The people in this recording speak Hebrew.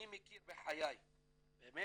אני מזכיר לכם באמת,